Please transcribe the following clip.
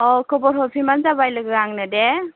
औ खबर हरफिनब्लानो जाबाय लोगो आंनो दे